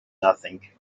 nothing